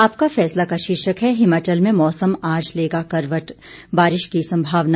आपका फैसला का शीर्षक है हिमाचल में मौसम आज लेगा करवट बारिश की संभावना